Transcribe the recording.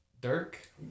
Dirk